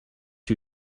too